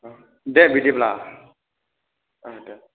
दे बिदिब्ला दे